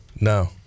no